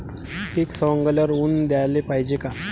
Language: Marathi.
पीक सवंगल्यावर ऊन द्याले पायजे का?